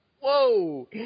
Whoa